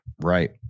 Right